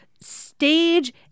stage